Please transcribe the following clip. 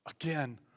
Again